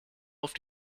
auf